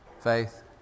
faith